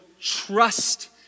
trust